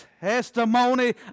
testimony